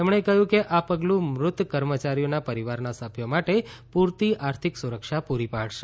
તેમણે કહ્યું આ પગલું મૃત કર્મચારીઓના પરિવારના સભ્યો માટે પૂરતી આર્થિક સુરક્ષા પૂરી પાડશે